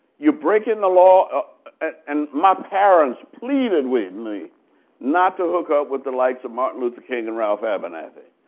you breaking the law ah and my parents pleaded with me not to hook up with the likes of martin luther king and ralph abernathy.